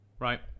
right